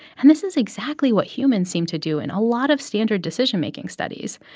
and this is exactly what humans seem to do in a lot of standard decision-making studies.